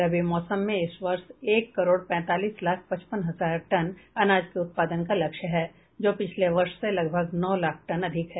रबी मौसम में इस वर्ष एक करोड़ पैंतालीस लाख पचपन हजार टन अनाज के उत्पादन का लक्ष्य है जो पिछले वर्ष से लगभग नौ लाख टन अधिक है